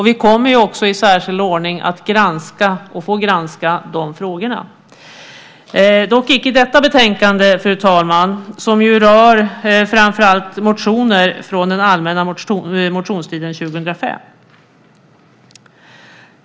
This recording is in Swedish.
Vi kommer också i särskild ordning att få granska de frågorna, dock inte i detta betänkande som ju rör framför allt motioner från den allmänna motionstiden 2005.